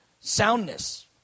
soundness